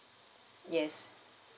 yes